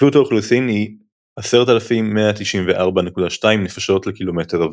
צפיפות האוכלוסין היא 10,194.2 נפשות/לקמ"ר.